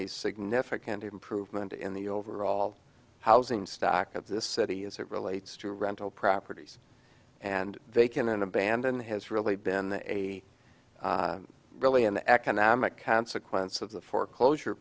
a significant improvement in the overall housing stock of this city as it relates to rental properties and they can and abandon has really been a really an economic consequence of the foreclosure